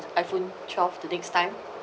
iphone twelve the next time